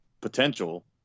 potential